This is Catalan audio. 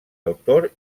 autor